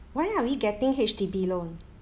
why are we getting H_D_B loan